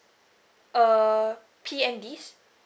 err P_M_Ds